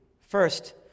First